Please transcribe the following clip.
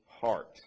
heart